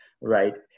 Right